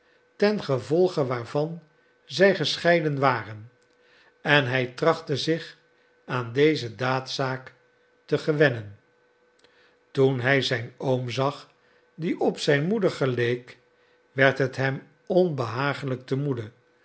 ontstaan tengevolge waarvan zij gescheiden waren en hij trachtte zich aan deze daadzaak te gewennen toen hij zijn oom zag die op zijn moeder geleek werd het hem onbehagelijk te moede